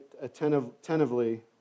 attentively